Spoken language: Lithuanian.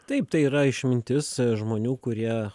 taip tai yra išmintis žmonių kurie